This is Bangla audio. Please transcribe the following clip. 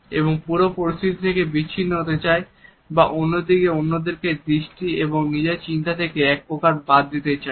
এবং পুরো পরিস্থিতি থেকে বিচ্ছিন্ন হতে চায় বা অন্যদিকে অন্যদেরকে দৃষ্টি এবং নিজের চিন্তা থেকে একপ্রকার বাদ দিতে চায়